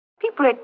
People